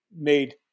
made